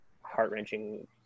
heart-wrenching